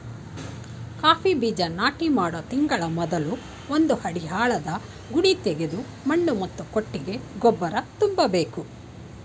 coffee ಬೀಜ ನಾಟಿ ಮಾಡೋ ತಿಂಗಳ ಮೊದ್ಲು ಒಂದು ಅಡಿ ಆಳದ ಗುಣಿತೆಗೆದು ಮಣ್ಣು ಮತ್ತು ಕೊಟ್ಟಿಗೆ ಗೊಬ್ಬರ ತುಂಬ್ಬೇಕು